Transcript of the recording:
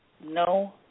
No